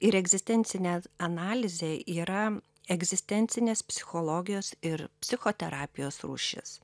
ir egzistencinė analizė yra egzistencinės psichologijos ir psichoterapijos rūšis